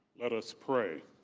let us pray.